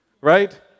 Right